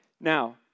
Now